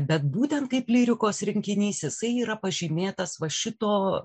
bet būtent kaip lyrikos rinkinys jisai yra pažymėtas va šito